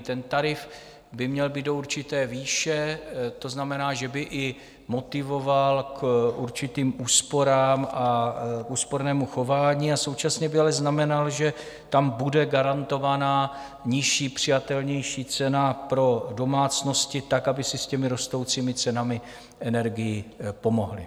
Ten tarif by měl být do určité výše, to znamená, že by i motivoval k určitým úsporám a k úspornému chování, a současně by ale znamenal, že tam bude garantovaná nižší, přijatelnější cena pro domácnosti tak, aby si s rostoucími cenami energií poradily.